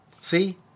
See